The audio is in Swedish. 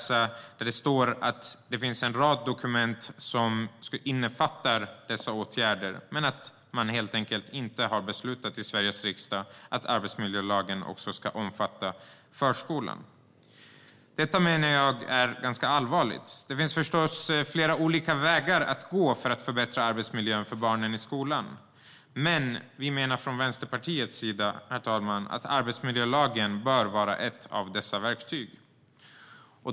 Det står att det finns en rad dokument som innefattar dessa åtgärder men att man helt enkelt inte har beslutat i Sveriges riksdag att arbetsmiljölagen också ska omfatta förskolan. Detta menar jag är ganska allvarligt. Det finns förstås flera olika vägar att gå för att förbättra arbetsmiljön för barnen i skolan. Men vi menar från Vänsterpartiets sida, herr talman, att arbetsmiljölagen bör vara ett av dessa verktyg.